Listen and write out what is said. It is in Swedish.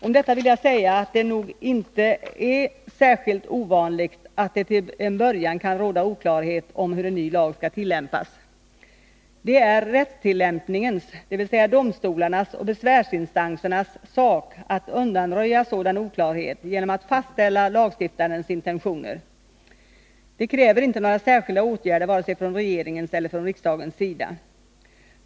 Om detta vill jag säga, att det nog inte är särskilt ovanligt att det till en början kan råda oklarhet om hur en ny lag skall tillämpas. Det är rättstillämpningens, dvs. domstolarnas och besvärsinstansernas, sak att undanröja sådan oklarhet genom att fastställa lagstiftarens intentioner. Det kräver inte några särskilda åtgärder vare sig från regeringens eller från riksdagens sida.